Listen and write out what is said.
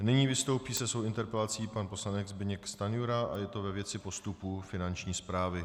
Nyní vystoupí se svou interpelací pan poslanec Zbyněk Stanjura, a to ve věci postupu Finanční správy.